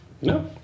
No